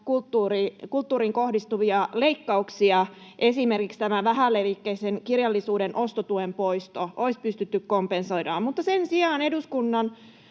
kulttuuriin kohdistuvia leikkauksia. Esimerkiksi vähälevikkisen kirjallisuuden ostotuen poisto olisi pystytty kompensoimaan. Mutta sen sijaan eduskunnan